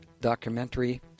documentary